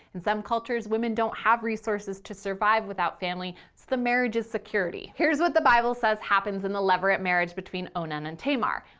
in some cultures, women don't have resources to survive without family, so the marriage is security. here's what the bible says happens in this levirate marriage between onan and tamar.